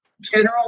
general